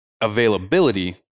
availability